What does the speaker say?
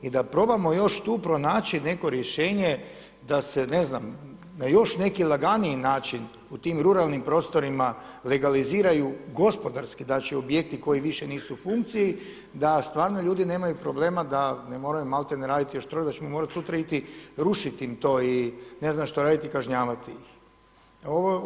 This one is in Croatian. I da probamo još tu pronaći neko rješenje da se na još neki laganiji način u tim ruralnim prostorima legaliziraju gospodarski znači objekti koji više nisu u funkciji da stvarno ljudi nemaju problema da ne moraju maltene raditi još to da ćemo mi sutra morati ići rušiti im to i ne znam što raditi, kažnjavati ih.